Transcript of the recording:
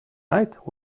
night